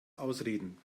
ausreden